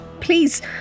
Please